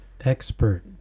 expert